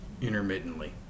intermittently